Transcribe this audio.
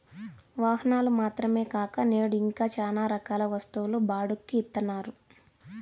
వాహనాలు మాత్రమే కాక నేడు ఇంకా శ్యానా రకాల వస్తువులు బాడుక్కి ఇత్తన్నారు